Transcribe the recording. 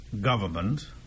government